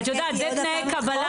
את יודעת, אלה תנאי הקבלה לאוניברסיטאות.